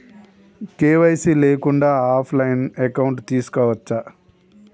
KYC లేకుండా కూడా offline account తీసుకోవచ్చా?